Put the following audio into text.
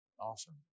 Awesome